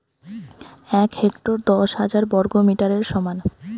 এক হেক্টর দশ হাজার বর্গমিটারের সমান